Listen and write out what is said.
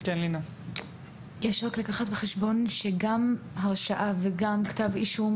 יש לקחת בחשבון שגם הרשעה וגם כתב אישום